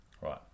Right